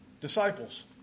Disciples